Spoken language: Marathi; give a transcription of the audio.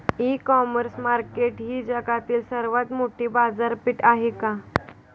इ कॉमर्स मार्केट ही जगातील सर्वात मोठी बाजारपेठ आहे का?